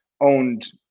owned